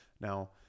Now